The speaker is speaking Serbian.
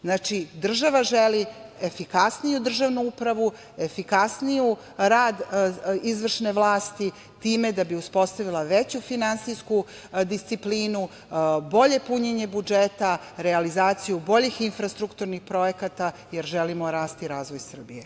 Znači, država želi efikasniju državnu upravu, efikasniji rad izvršne vlasti, da bi uspostavila veću finansijsku disciplinu, bolje punjenje budžeta, realizaciju boljih infrastrukturnih projekata, jer želimo rast i razvoj Srbije.